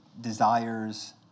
desires